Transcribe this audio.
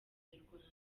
inyarwanda